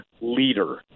leader